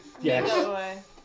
Yes